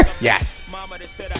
Yes